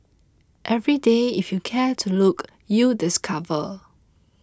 every day if you care to look you discover